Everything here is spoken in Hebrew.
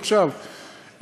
עכשיו,